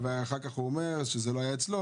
ואחר כך הוא אומר שזה לא היה אצלו,